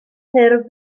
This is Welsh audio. ffurf